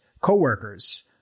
co-workers